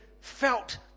felt